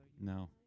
No